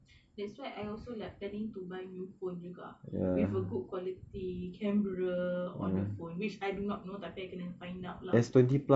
that's why I also like planning to buy new phone juga with a good quality camera on the phone which I do not know tapi I kena find out lah